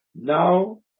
now